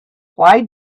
why